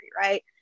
right